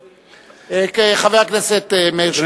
חבר הכנסת מאיר שטרית.